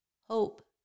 hope